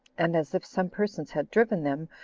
and as if some persons had driven them,